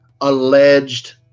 alleged